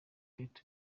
kate